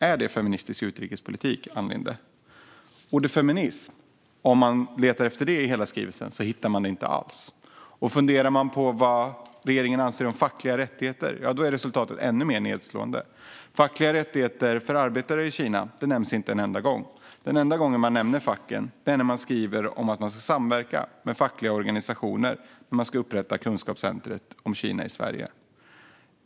Är det feministisk utrikespolitik, Ann Linde? Ordet feminism hittar man inte alls i skrivelsen. Man kan fundera på vad regeringen anser om fackliga rättigheter. Där är resultatet ännu mer nedslående. Fackliga rättigheter för arbetare i Kina nämns inte en enda gång. Den enda gång man nämner facken är när man skriver att det ska vara samverkan med fackliga organisationer när det ska upprättas ett kunskapscentrum om Kina i Sverige.